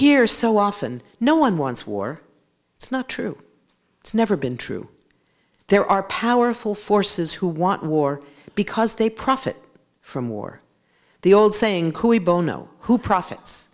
hear so often no one wants war it's not true it's never been true there are powerful forces who want war because they profit from war the old saying cooee bono who profits